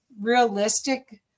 realistic